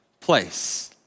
place